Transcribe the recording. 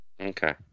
Okay